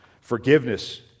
Forgiveness